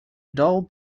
dull